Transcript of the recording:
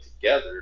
together